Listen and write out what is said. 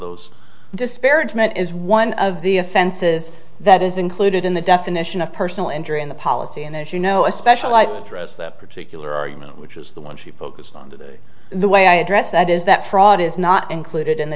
those disparagement is one of the offenses that is included in the definition of personal injury in the policy and as you know especially like the dress that particular argument which was the one she focused on that the way i address that is that fraud is not included in the